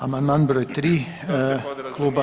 Amandman broj 3. kluba